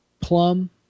plum